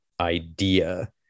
idea